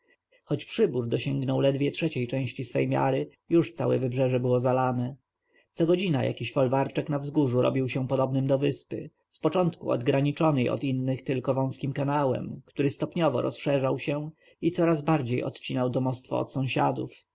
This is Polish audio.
choć przybór dosięgnął ledwie trzeciej części swej miary już całe wybrzeże było zalane co godzina jakiś folwarczek na wzgórzu robił się podobnym do wyspy z początku odgraniczonej od innych tylko wąskim kanałem który stopniowo rozszerzał się i coraz bardziej odcinał domostwo od sąsiadów